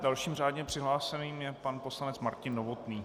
Dalším řádně přihlášeným je pan poslanec Martin Novotný.